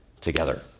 together